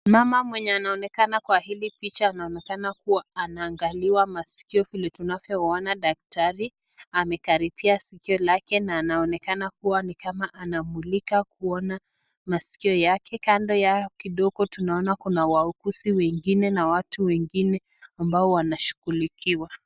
Mama mwenye anaonekana kwa hili picha anaonekana kua anangaliwa hivi amekaribia sikio lake na anaonekana ni kua kuwa anamulika kuona masikio yake kando yao kidogo tunaona kuna wauguzi wengine na watu wengine ambao wanashugulikiwa.